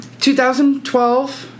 2012